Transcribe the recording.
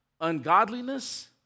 ungodliness